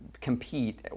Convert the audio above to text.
compete